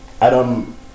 Adam